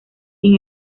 sin